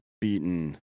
beaten